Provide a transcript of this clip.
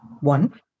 one